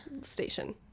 station